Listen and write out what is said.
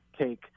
take –